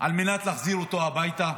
על מנת להחזיר אותו הביתה?